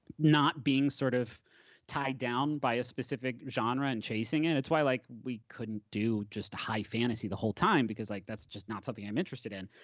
not being sort of tied down by a specific genre and chasing it. it's why like we couldn't do just a high fantasy the whole time, because like that's just not something i'm interested in,